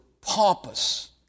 pompous